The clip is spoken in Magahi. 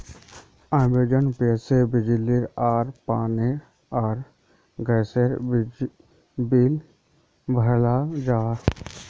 अमेज़न पे से बिजली आर पानी आर गसेर बिल बहराल जाहा